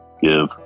give